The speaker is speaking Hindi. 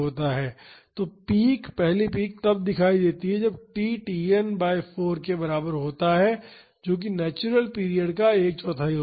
तो पीक पहली पीक तब दिखाई देती है जब t Tn बाई 4 के बराबर होता है जो कि नेचुरल पीरियड का एक चौथाई होता है